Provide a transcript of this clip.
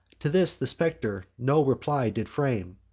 to this the specter no reply did frame,